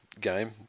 game